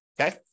okay